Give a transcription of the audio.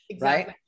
right